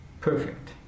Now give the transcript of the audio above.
perfect